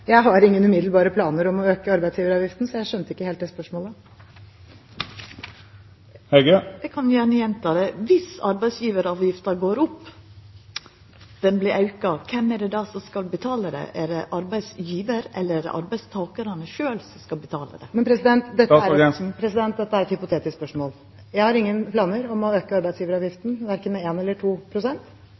Jeg har ingen umiddelbare planer om å øke arbeidsgiveravgiften, så jeg skjønte ikke helt spørsmålet. Eg kan gjerne gjenta det: Om arbeidsgjevaravgifta går opp, at ho vert auka, kven er det då som skal betala det? Er det arbeidsgjevaren eller arbeidstakaren sjølv som skal betala for det? Dette er et hypotetisk spørsmål. Jeg har ingen planer om å øke arbeidsgiveravgiften, verken med 1 pst. eller